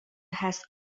has